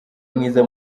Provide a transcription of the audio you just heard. mwiza